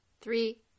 Three